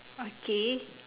okay